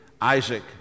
Isaac